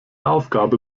aufgabe